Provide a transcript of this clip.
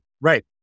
Right